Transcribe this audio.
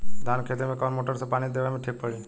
धान के खेती मे कवन मोटर से पानी देवे मे ठीक पड़ी?